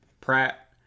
Pratt